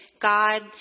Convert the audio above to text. God